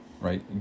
right